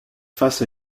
face